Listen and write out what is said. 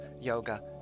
yoga